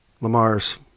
Lamar's